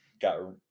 got